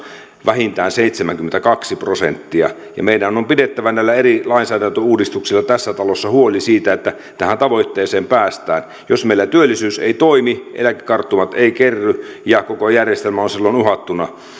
vähintään seitsemänkymmentäkaksi prosenttia meidän on pidettävä näillä eri lainsäädäntöuudistuksilla tässä talossa huoli siitä että tähän tavoitteeseen päästään jos meillä työllisyys ei toimi eläkekarttumat eivät kerry ja koko järjestelmä on silloin uhattuna